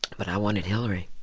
but i wanted hillary